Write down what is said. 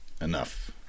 enough